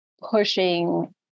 pushing